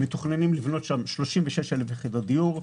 מתוכנן לבנות שם 36,000 יחידות דיור.